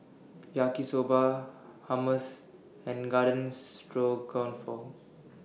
Yaki Soba Hummus and Garden Stroganoff